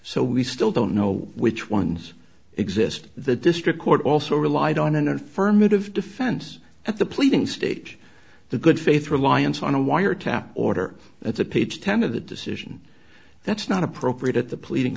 so we still don't know which ones exist the district court also relied on an affirmative defense at the pleading stage the good faith reliance on a wiretap order that's a page ten of the decision that's not appropriate at the pleading